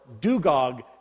dugog